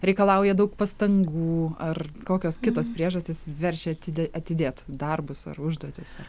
reikalauja daug pastangų ar kokios kitos priežastys verčia atidė atidėt darbus ar užduotis ar